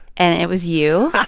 and it was you,